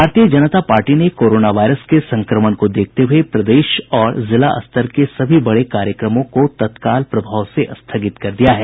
भारतीय जनता पार्टी ने corona virus के संक्रमण को देखते हुये प्रदेश और जिला स्तर के सभी बड़े कार्यक्रमों को तत्काल प्रभाव से स्थगित कर दिया है